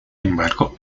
embargo